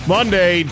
Monday